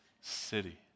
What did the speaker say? city